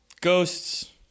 Ghosts